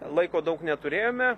laiko daug neturėjome